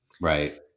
right